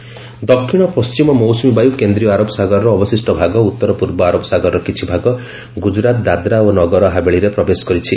monsoon progress ଦକ୍ଷିଣ ପଶ୍ଚିମ ମୌସୁମୀ ବାୟୁ କେନ୍ଦ୍ରୀୟ ଆରବ ସାଗରର ଅବଶିଷ୍ଟ ଭାଗ ଉତ୍ତର ପୂର୍ବ ଆରବ ସାଗରର କିଛି ଭାଗ ଗୁଜରାତ ଦାଦ୍ରା ଓ ନଗର ହାବେଳିରେ ପ୍ରବେଶ କରିଛି